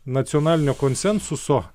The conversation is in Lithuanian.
nacionalinio konsensuso